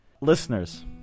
Listeners